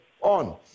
on